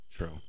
True